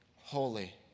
holy